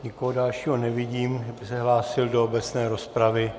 Nikoho dalšího nevidím, že by se hlásil do obecné rozpravy.